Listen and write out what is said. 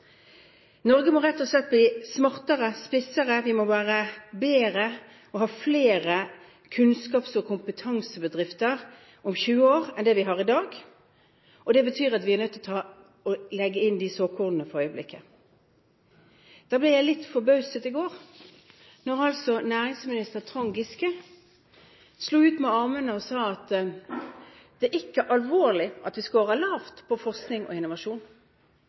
Norge må rett og slett bli smartere, spissere, vi må være bedre og ha flere kunnskaps- og kompetansebedrifter om 20 år enn det vi har dag. Det betyr at vi er nødt til å legge inn de såkornene nå. I den forbindelse ble jeg litt forbauset i går da næringsminister Trond Giske slo ut med armene og sa at det ikke er alvorlig at vi scorer lavt på forskning og innovasjon.